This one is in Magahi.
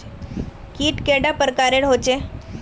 कीट कैडा पर प्रकारेर होचे?